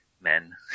men